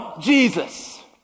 Jesus